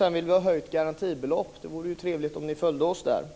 Sedan vill vi höja garantibeloppet. Det vore ju trevligt om ni följde oss i fråga om